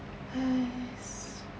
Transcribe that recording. !hais!